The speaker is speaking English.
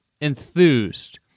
enthused